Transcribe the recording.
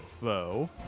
foe